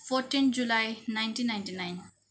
fourteen July nineteen ninety nine